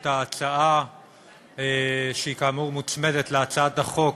את ההצעה שכאמור מוצמדת להצעת החוק